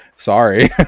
Sorry